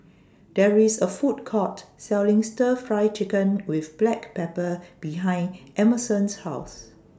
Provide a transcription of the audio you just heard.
There IS A Food Court Selling Stir Fry Chicken with Black Pepper behind Emerson's House